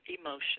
emotion